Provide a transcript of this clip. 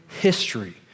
history